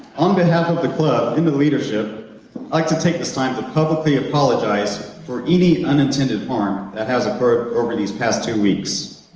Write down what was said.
on behalf of the club in the leadership, i'd like to take this time to publicly apologize for any unintended harm that has occurred over these past two weeks.